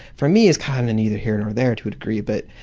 for me it's kind of neither here nor there to a degree, but